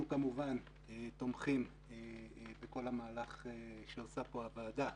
אנחנו כמובן תומכים בכל המהלך שעושה פה הוועדה,